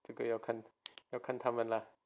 这个要看要看他们了